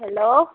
hello